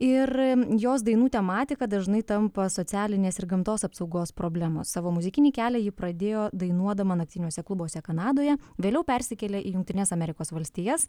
ir jos dainų tematika dažnai tampa socialinės ir gamtos apsaugos problemos savo muzikinį kelią ji pradėjo dainuodama naktiniuose klubuose kanadoje vėliau persikėlė į jungtines amerikos valstijas